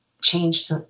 changed